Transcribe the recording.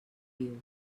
viu